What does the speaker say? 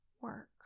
work